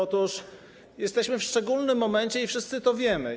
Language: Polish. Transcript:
Otóż jesteśmy w szczególnym momencie i wszyscy to wiemy.